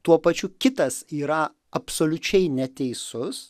tuo pačiu kitas yra absoliučiai neteisus